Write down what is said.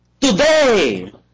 Today